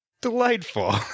delightful